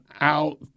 out